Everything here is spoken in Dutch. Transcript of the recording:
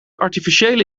artificiële